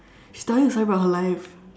she's telling her story about her life